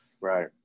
right